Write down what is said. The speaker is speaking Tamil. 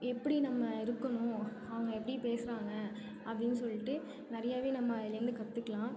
எப்படி நம்ம இருக்கணும் அவங்க எப்படி பேசுகிறாங்க அப்படின்னு சொல்லிட்டு நிறையாவே நம்ம அதுலேருந்து கற்றுக்கலாம்